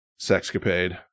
sexcapade